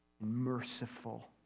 merciful